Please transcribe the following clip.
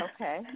Okay